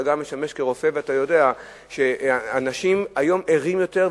אתה גם משמש כרופא ואתה יודע שאנשים היום ערים יותר,